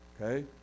Okay